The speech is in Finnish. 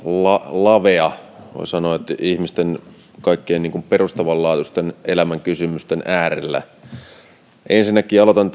lavea voi sanoa ihmisten kaikkein perustavanlaatuisimpien elämänkysymysten äärellä ensinnäkin aloitan